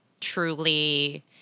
Truly